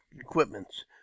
equipments